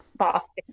boston